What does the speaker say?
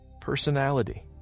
personality